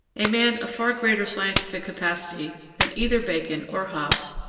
a man of far greater scientific capacity than either bacon or hobbes,